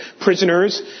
prisoners